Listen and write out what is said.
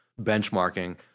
benchmarking